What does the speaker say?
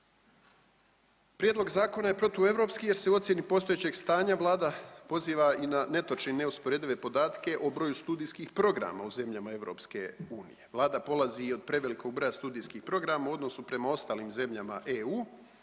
Prijedlog zakona je protueuropski jer se u ocjeni postojećeg stanja Vlada poziva i na netočne i neusporedive podatke o broju studijskih programa u zemljama EU, Vlada polazi i od prevelikog broja studijskih programa u odnosu prema ostalim zemljama EU.